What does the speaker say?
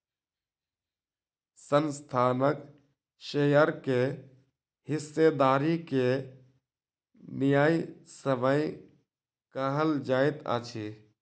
संस्थानक शेयर के हिस्सेदारी के न्यायसम्य कहल जाइत अछि